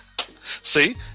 see